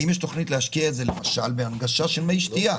האם יש תוכנית להשקיע את זה למשל בהנגשה של מי שתייה?